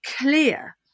clear